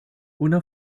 una